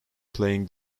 playing